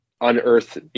unearth